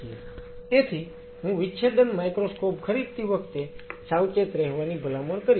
તેથી હું વિચ્છેદન માઇક્રોસ્કોપ ખરીદતી વખતે સાવચેત રહેવાની ભલામણ કરીશ